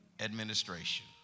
administration